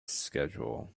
schedule